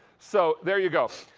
so there you go.